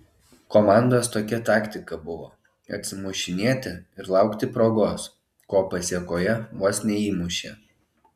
komandos tokia taktika buvo atsimušinėti ir laukti progos ko pasėkoje vos neįmušė